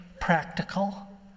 practical